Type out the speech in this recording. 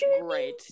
great